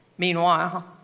Meanwhile